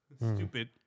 Stupid